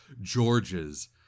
George's